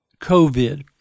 COVID